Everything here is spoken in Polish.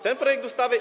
Ten projekt ustawy.